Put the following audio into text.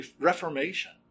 reformation